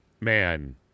Man